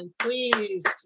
please